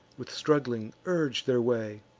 with struggling, urge their way.